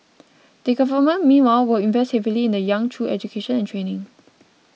the Government meanwhile will invest heavily in the young through education and training